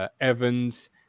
Evans